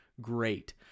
great